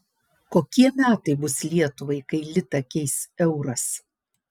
kokie metai bus lietuvai kai litą keis euras